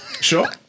sure